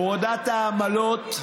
הורדת העמלות,